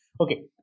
Okay